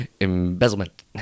embezzlement